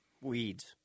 weeds